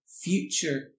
future